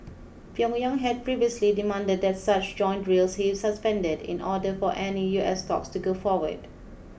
Pyongyang had previously demanded that such joint drills be suspended in order for any U S talks to go forward